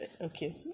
Okay